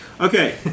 Okay